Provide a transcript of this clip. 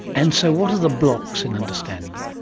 and so what are the blocks in understanding it?